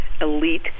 elite